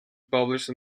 published